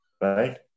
right